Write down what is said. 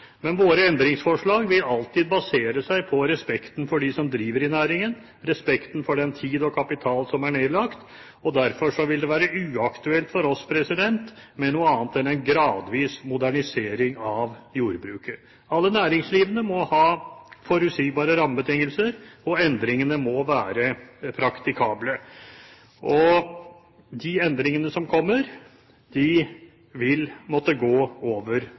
Men våre endringsforslag vil alltid basere seg på respekten for dem som driver i næringen, respekten for den tid og den kapital som er nedlagt. Derfor vil det være uaktuelt for oss med noe annet enn en gradvis modernisering av jordbruket. Alle næringsdrivende må ha forutsigbare rammebetingelser, og endringene må være praktikable. De endringene som kommer, vil måtte gjelde over